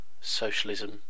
socialism